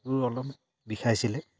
বোৰ অলপ বিষাইছিলে